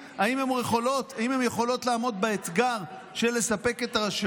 בואו ניתן להן להחליט אם הן יכולות לעמוד באתגר של לספק את השירות.